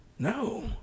No